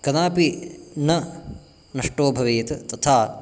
कदापि न नष्टो भवेत् तथा